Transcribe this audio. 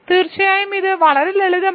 തീർച്ചയായും ഇത് വളരെ ലളിതമാണ്